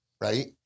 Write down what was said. Right